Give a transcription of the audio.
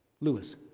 Lewis